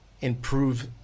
improve